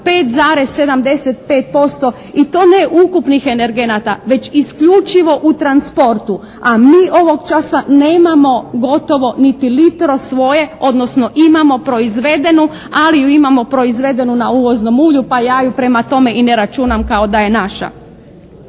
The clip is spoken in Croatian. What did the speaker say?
5,75%. I to ne ukupnih energenata već isključivo u transportu. A mi ovog časa nemamo gotovo niti litru svoje, odnosno imamo proizvedenu ali ju imamo proizvedenu na uvoznom ulju, pa ja ju prema tome ni ne računam kao da je naša.